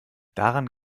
daran